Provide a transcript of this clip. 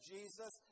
Jesus